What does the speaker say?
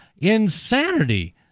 insanity